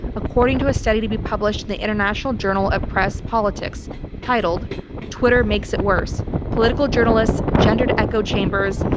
according to a study to be published in the international journal of press politics titled twitter makes it worse political journalists, gendered echo chambers,